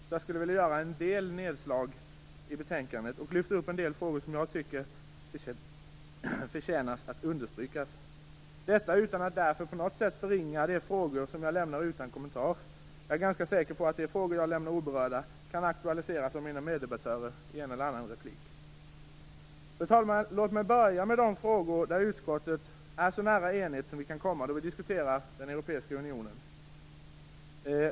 Därför skulle jag vilja göra en del nedslag i betänkandet och lyfta upp en del frågor som jag tycker förtjänar att understrykas; detta utan att därför på något sätt förringa de frågor som jag lämnar utan kommentar. Jag är ganska säker på att de frågor som jag inte berör kan aktualiseras av mina meddebattörer i en eller annan replik. Fru talman! Låt mig börja med de frågor där utskottet är så nära enighet som det går att komma då vi diskuterar den europeiska unionen.